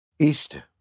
Easter